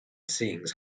sings